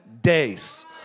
days